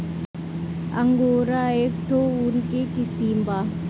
angora एक ठो ऊन के किसिम बा